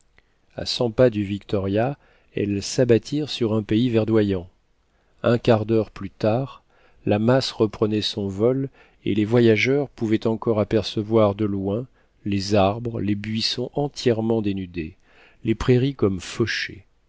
a cent pas du victoria elles s'abattirent sur un pays verdoyant un quart d'heure plus tard la masse reprenait son vol et les voyageurs pouvaient encore apercevoir de loin les arbres les buissons entièrement dénudés les prairies comme fauchées